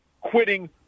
quitting